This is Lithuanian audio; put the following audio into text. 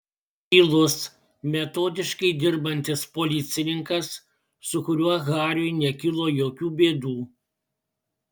tylus metodiškai dirbantis policininkas su kuriuo hariui nekilo jokių bėdų